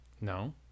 No